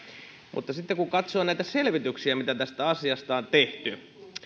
arkea sitten kun katsoo näitä selvityksiä mitä tästä asiasta on tehty